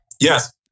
Yes